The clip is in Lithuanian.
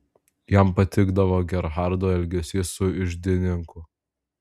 jam patikdavo gerhardo elgesys su iždininku